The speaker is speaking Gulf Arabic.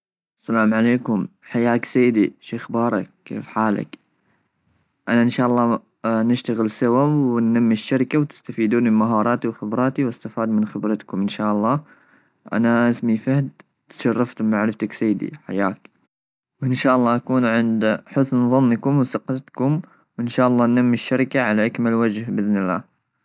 السلام عليكم حياك سيدي شو اخبارك ,كيف حالك انا ان شاء الله نشتغل سوا ,ونمي الشركه ,وتستفيدون من مهارات وخبراتي ,واستفاد من خبرتكم ان شاء الله ,انا اسمي فهد تشرفت بمعرفتك سيدي حياك ,وان شاء الله اكون عند حسن ظنكم وثقتكم وان شاء الله ننمي الشركه على اكمل وجه باذن الله.